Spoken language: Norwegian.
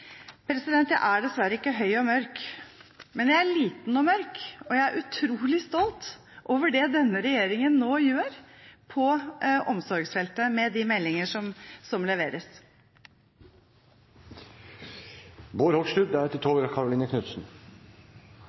Jeg er dessverre ikke høy og mørk, men jeg er liten og mørk, og jeg er utrolig stolt over det denne regjeringen nå gjør på omsorgsfeltet, med de meldingene som leveres. Representanten Lysbakken pratet om at kunnskap og